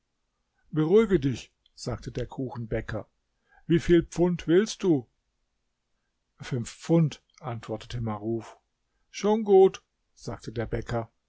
beruhige dich sagte der kuchenbäcker wieviel pfund willst du fünf pfund antwortete maruf schon gut sagte der bäcker